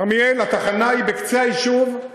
בכרמיאל התחנה היא בקצה היישוב,